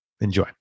Enjoy